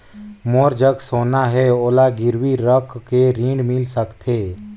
मोर जग सोना है ओला गिरवी रख के ऋण मिल सकथे?